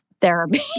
therapy